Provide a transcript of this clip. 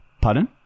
Pardon